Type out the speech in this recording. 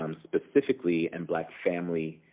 um specifically, and black family,